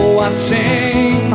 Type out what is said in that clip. watching